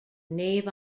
nave